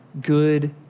good